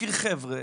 חבר'ה,